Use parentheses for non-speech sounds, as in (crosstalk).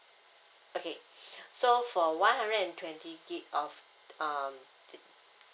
okay (breath) so for one hundred and twenty G_B of um